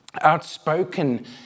outspoken